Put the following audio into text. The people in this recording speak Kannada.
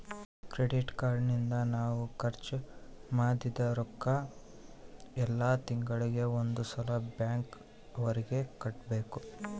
ಕ್ರೆಡಿಟ್ ಕಾರ್ಡ್ ನಿಂದ ನಾವ್ ಖರ್ಚ ಮದಿದ್ದ್ ರೊಕ್ಕ ಯೆಲ್ಲ ತಿಂಗಳಿಗೆ ಒಂದ್ ಸಲ ಬ್ಯಾಂಕ್ ಅವರಿಗೆ ಕಟ್ಬೆಕು